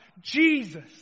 Jesus